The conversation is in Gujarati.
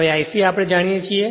હવે I c જાણીએ છીએ